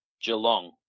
Geelong